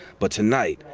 but tonight.